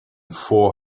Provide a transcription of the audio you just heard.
four